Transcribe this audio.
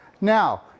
now